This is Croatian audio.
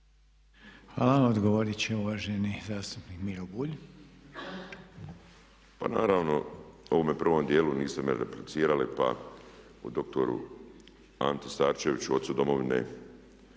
Hvala. Odgovorit će uvaženi zastupnik Miro Bulj. **Bulj, Miro (MOST)** Pa naravno, u ovome prvom dijelu niste me replicirali pa o doktoru Anti Starčeviću, ocu Domovine